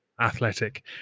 athletic